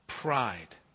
pride